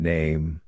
Name